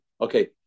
Okay